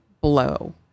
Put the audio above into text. blow